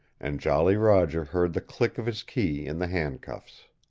and jolly roger heard the click of his key in the handcuffs.